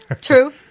True